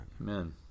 Amen